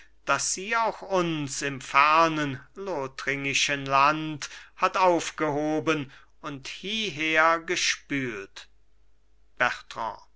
daß sie auch uns im fernen lothringischen land hat aufgehoben und hieher gespült bertrand